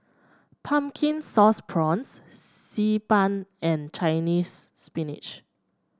Pumpkin Sauce Prawns Xi Ban and Chinese Spinach